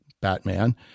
Batman